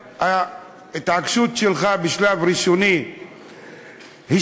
וההתעקשות שלך בשלב הראשוני השתלמה,